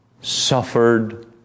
suffered